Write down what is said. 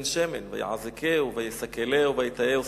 בן-שמן ויעזקהו ויסקלהו וייטעהו שורק.